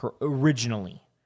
originally